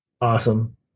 Awesome